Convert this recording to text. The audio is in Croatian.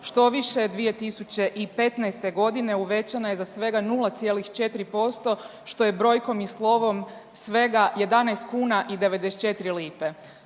štoviše 2015. godine uvećana je za svega 0,4% što je brojkom i slovom svega 11 i 94 lipe.